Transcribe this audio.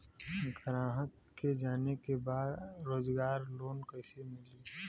ग्राहक के जाने के बा रोजगार लोन कईसे मिली?